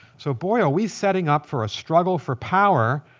so, boy, are we setting up for a struggle for power,